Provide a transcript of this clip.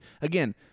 Again